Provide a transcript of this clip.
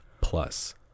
plus